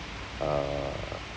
uh